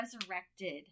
resurrected